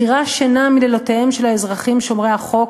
מדירות שינה מלילותיהם של האזרחים שומרי החוק